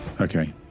okay